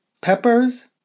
peppers